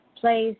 place